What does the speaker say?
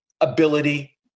ability